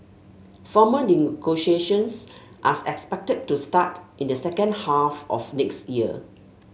formal negotiations are expected to start in the second half of next year